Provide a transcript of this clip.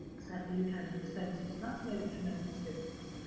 certainly, you can in the census. and that's made a tremendous difference.